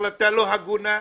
החלטה לא הגונה,